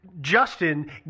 Justin